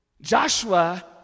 Joshua